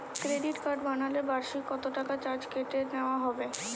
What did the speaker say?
Credit card বানালে বার্ষিক কত টাকা চার্জ কেটে নেওয়া হবে?